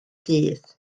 dydd